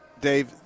Dave